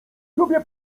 lubię